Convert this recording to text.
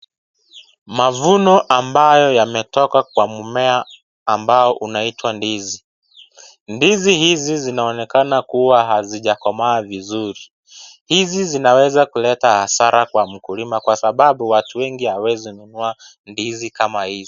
Mavuno ambayo yametoka kwa mumea ambao unaitwa ndizi. Ndizi hizi zinaonekana kuwa hazijakomaa vizuri. Hizi zinaweza kuleta hasara kwa mkulima kwa sababu watu wengi hawawezi nunua ndizi kama hizi.